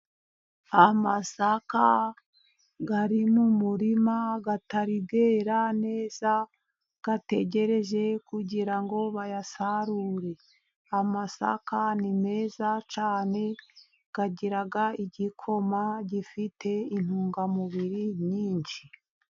Amasaka ari mu murima atariyera neza ategereje kugira ngo bayasarure. Amasaka ni meza cyane agira, igikoma gifite intungamubiri nyinshi.